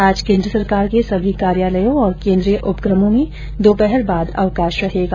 आज केन्द्र सरकार के सभी कार्यालयों और केन्द्रीय उपकमों में दोपहर बाद अवकाश रहेगा